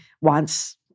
wants